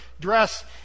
dress